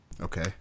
Okay